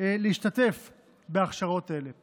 להשתתף בהכשרות אלה.